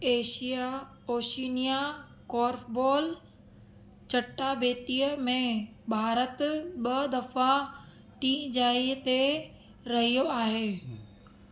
Asia Oceania korfball चटाभेतीअ में भारत ॿ दफ़ा टीं जाइ ते रहियो आहे